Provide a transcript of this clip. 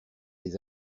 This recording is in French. les